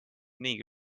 niigi